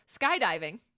skydiving